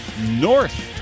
north